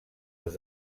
les